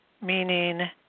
meaning